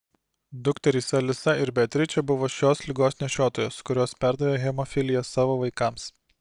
dukterys alisa ir beatričė buvo šios ligos nešiotojos kurios perdavė hemofiliją savo vaikams